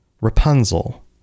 Rapunzel